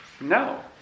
No